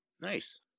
Nice